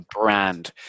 brand